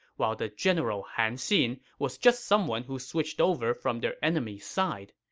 while the general han xin was just someone who switched over from their enemy's side.